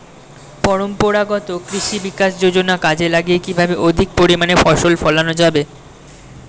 পরম্পরাগত কৃষি বিকাশ যোজনা কাজে লাগিয়ে কিভাবে অধিক পরিমাণে ফসল ফলানো যাবে?